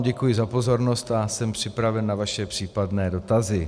Děkuji vám za pozornost a jsem připraven na vaše případné dotazy.